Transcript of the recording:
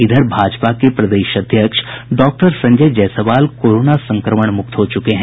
इधर भाजपा के प्रदेश अध्यक्ष डॉक्टर संजय जायसवाल कोरोना संक्रमण मुक्त हो चुके हैं